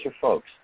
folks